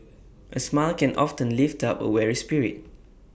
A smile can often lift up A weary spirit